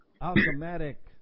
automatic